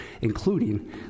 including